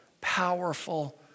powerful